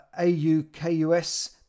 AUKUS